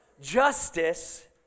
justice